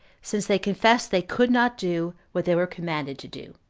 since they confessed they could not do what they were commanded to do.